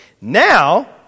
Now